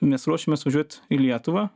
mes ruošiamės važiuot į lietuvą